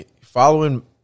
following